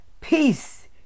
peace